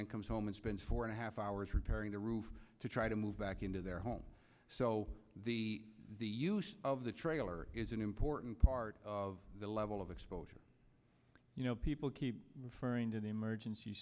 comes home and spends four and a half hours repairing the roof to try to move back into their home so the the use of the trailer is an important part of the level of exposure people keep referring to the emergency